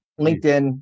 LinkedIn